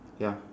ya